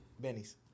Benny's